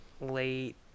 late